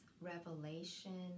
revelation